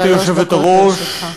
גברתי היושבת-ראש,